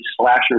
slasher